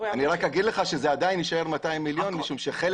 ובזה אסיים את דבריי ואשמח להשיב,